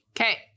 okay